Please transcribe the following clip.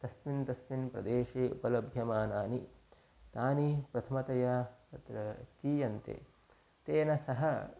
तस्मिन् तस्मिन् प्रदेशे उपलभ्यमानानि तानि प्रथमतया तत्र चीयन्ते तेन सह